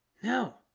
no